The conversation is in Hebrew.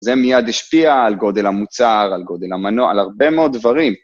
זה מיד השפיע על גודל המוצר, על גודל המנוע, על הרבה מאוד דברים.